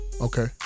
okay